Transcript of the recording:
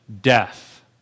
death